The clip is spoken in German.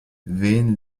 wehen